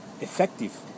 effective